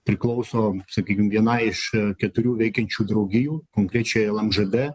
priklauso sakykim vienai iš keturių veikiančių draugijų konkrečiai lmžd